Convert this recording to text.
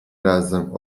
razem